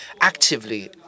actively